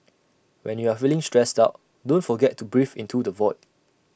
when you are feeling stressed out don't forget to breathe into the void